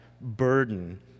burden